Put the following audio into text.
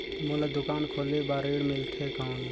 मोला दुकान खोले बार ऋण मिलथे कौन?